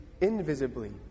invisibly